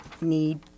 need